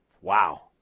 Wow